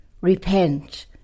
Repent